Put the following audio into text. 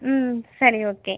ம் சரி ஓகே